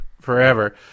forever